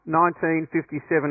1957